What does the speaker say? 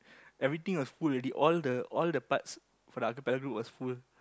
everything was full already all the all the parts for the acapella group was full